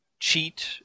cheat